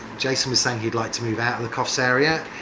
jason was saying he'd like to move out of the coffs area.